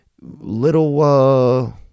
little